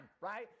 right